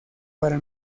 para